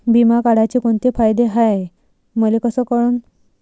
बिमा काढाचे कोंते फायदे हाय मले कस कळन?